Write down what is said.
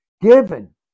given